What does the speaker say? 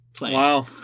Wow